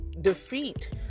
defeat